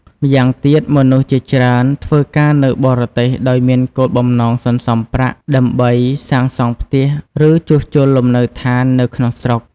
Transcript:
ម្យ៉ាងទៀត មនុស្សជាច្រើនធ្វើការនៅបរទេសដោយមានគោលបំណងសន្សំប្រាក់ ដើម្បីសាងសង់ផ្ទះឬជួសជុលលំនៅឋាននៅក្នុងស្រុក។